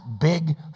big